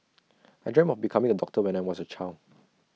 I dreamt of becoming A doctor when I was A child